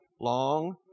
long